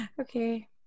Okay